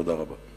תודה רבה.